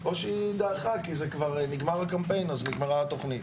או שהיא דעכה כי נגמר הקמפיין אז נגמרה התכנית.